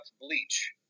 bleach